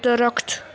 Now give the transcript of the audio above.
درخت